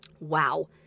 wow